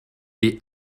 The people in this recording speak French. est